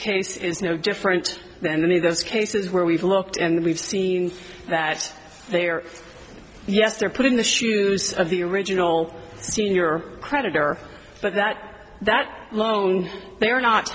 case is no different than any of those cases where we've looked and we've seen that they are yes put in the shoes of the original senior creditor but that that alone they are not